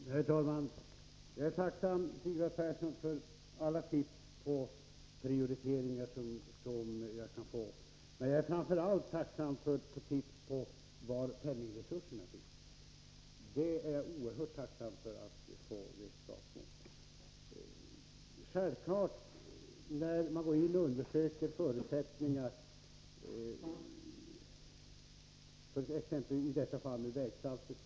Herr talman! Jag är tacksam, Sigvard Persson, för alla tips jag kan få när det gäller prioriteringar. Men jag är framför allt tacksam för tips på var penningresurserna finns — det vore jag oerhört tacksam för att få vetskap om. Ambitionen när man nu undersöker vägsaltets negativa inverkan är självfallet att komma ifrån de negativa effekterna.